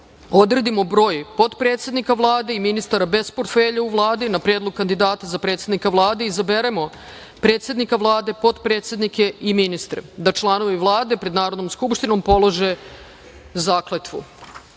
odredimo broj potpredsednika Vlade i ministara bez portfelja u Vladi na predlog kandidata za predsednika Vlade, izaberemo predsednika Vlade, potpredsednike i ministre i da članovi Vlade pred Narodnom skupštinom polože zakletvu. Molim